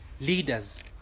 leaders